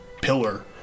pillar